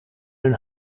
hun